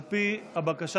על פי הבקשה